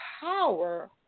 power